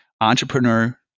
entrepreneur